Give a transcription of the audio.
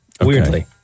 weirdly